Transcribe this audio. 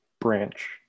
branch